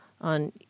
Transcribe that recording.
on